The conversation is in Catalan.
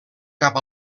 cap